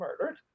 murdered